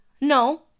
No